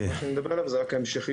מה שאני מדבר עליו, זאת רק ההמשכיות.